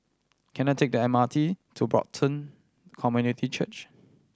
can I take the M R T to Brighton Community Church